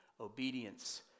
obedience